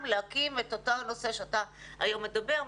להקים את אותו נושא שאתה היום מדבר עליו,